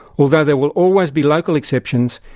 although there will always be local exceptions,